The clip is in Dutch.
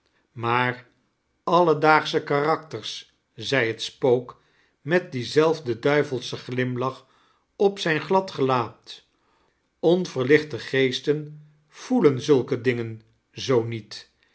maar alledaagsche kaxakters zei het spook met diem zelfden duivelschen glimlach op zijn glad gelaat ionveirlichte geestem voelen znlfce dingen zoo niet